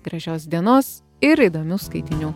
gražios dienos ir įdomių skaitinių